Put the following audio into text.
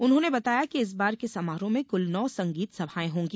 उन्होंने बताया कि इस बार के समारोह में कुल नौ संगीत सभाएं होंगी